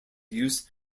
use